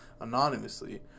anonymously